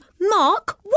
Mark